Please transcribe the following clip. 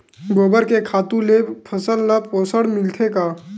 गोबर के खातु से फसल ल पोषण मिलथे का?